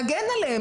נגן עליה,